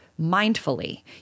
mindfully